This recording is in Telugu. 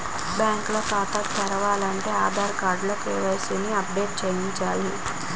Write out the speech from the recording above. బ్యాంకు లో ఖాతా తెరాలంటే ఆధార్ తో కే.వై.సి ని అప్ డేట్ చేయించాల